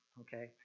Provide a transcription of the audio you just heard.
okay